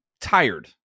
tired